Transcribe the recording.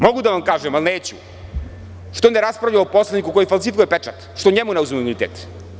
Mogu da vam kažem, ali neću – što ne raspravljamo o poslaniku koji falsifikuje pečat, što njemu ne oduzmemo imunitet.